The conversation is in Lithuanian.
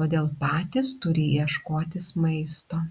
todėl patys turi ieškotis maisto